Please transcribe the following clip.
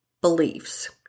beliefs